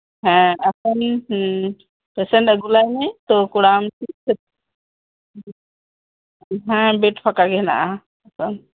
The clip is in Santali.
ᱦᱮᱸ ᱟᱥᱚᱞᱮ ᱦᱮᱸ ᱯᱮᱥᱮᱱᱴ ᱟᱹᱜᱩᱞᱟᱭᱢᱮ ᱛᱚᱠᱚᱲᱟᱢ ᱥᱮᱪᱮᱫ ᱦᱮᱸ ᱵᱮᱰ ᱯᱷᱟᱠᱟᱜᱤ ᱦᱮᱱᱟᱜ ᱟ